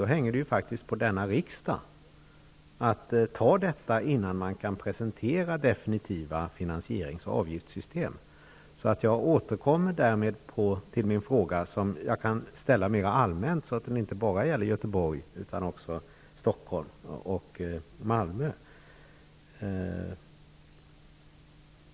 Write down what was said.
Det betyder väl rimligtvis att det inte går att begära att förslag skall presenteras för definitiva finansierings och avgiftssystem innan ett sådant beslut har fattats. Jag återkommer till min fråga, som jag denna gång kan formulera litet mer allmänt så att den inte bara gäller Göteborg utan också Stockholm och Malmö.